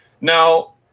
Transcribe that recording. Now